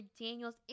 Daniel's